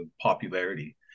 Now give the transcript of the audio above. popularity